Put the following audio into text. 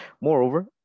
Moreover